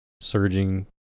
surging